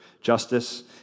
justice